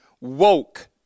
woke